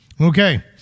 Okay